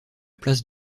place